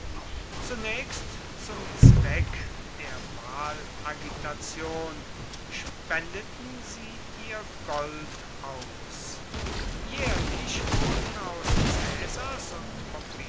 zunächst zum zweck der wahlagitation spendeten sie ihr gold aus jährlich wurden aus caesars und